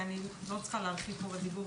ואני לא צריכה להרחיב פה את הדיבור,